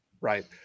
Right